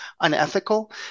unethical